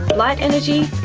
light energy,